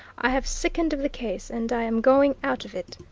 i have sickened of the case, and i'm going out of it.